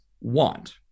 want